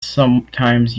sometimes